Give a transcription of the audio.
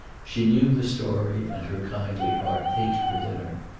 she knew the story, and her kindly heart ached within her.